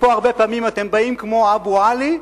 הרבה פעמים אתם באים כמו אבו עלי,